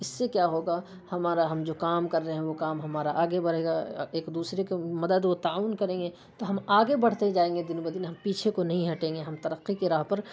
اس سے کیا ہو گا ہمارا ہم جو کام کر رہے ہیں وہ کام ہمارا آگے بڑھے گا ایک دوسرے کو مدد و تعاون کریں گے تو ہم آگے بڑھتے جائیں گے دن بدن ہم پیچھے کو نہیں ہٹیں گے ہم ترقی کی راہ پر